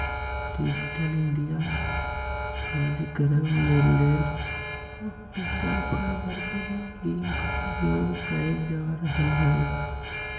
digital India काजक्रम लेल optical fibre प्रणाली एक प्रयोग कएल जा रहल हइ